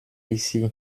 ici